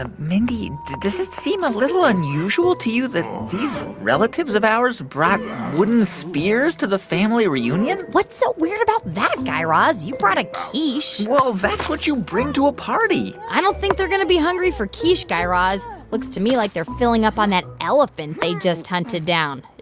ah mindy, does it seem a little unusual to you that these relatives of ours brought wooden spears to the family reunion? what's so weird about that, guy raz? you brought a quiche well, that's what you bring to a party i don't think they're going to be hungry for quiche, guy raz. it looks to me like they're filling up on that elephant they just hunted down.